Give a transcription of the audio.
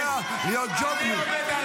הוא יודע להיות ג'ובניק.